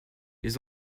les